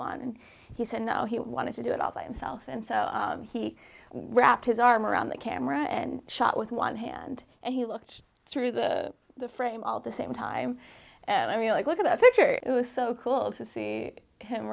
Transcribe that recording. want and he said no he wanted to do it all by himself and so he wrapped his arm around the camera and shot with one hand and he looked through the frame all the same time and i mean look at the picture it was so cool to see him